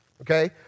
Okay